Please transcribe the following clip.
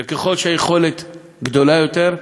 ככל שהיכולת גדולה יותר,